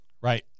Right